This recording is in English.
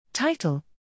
Title